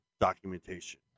documentation